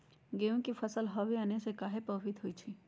गेंहू के फसल हव आने से काहे पभवित होई छई?